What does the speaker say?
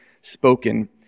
spoken